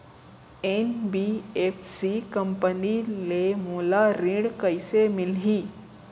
NBFC company ले मोला ऋण कइसे मिलही?